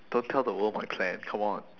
don't tell the world my plan come on